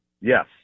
Yes